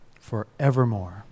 forevermore